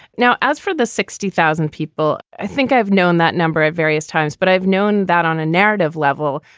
now, as for the sixty thousand people, i think i've known that number at various times, but i've known that on a narrative level,